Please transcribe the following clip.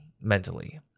mentally